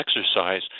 exercise